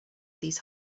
these